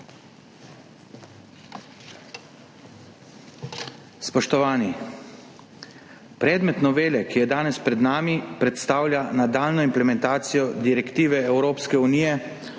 Spoštovani! Predmet novele, ki je danes pred nami, predstavlja nadaljnjo implementacijo Direktive o odprtih